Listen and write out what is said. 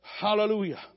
Hallelujah